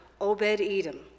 Obed-Edom